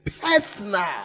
Personal